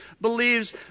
believes